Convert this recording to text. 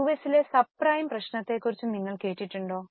യുഎസിലെ സബ്പ്രൈം പ്രശ്നത്തെക്കുറിച്ച് നിങ്ങൾ കേട്ടിട്ടുണ്ടോ